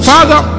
Father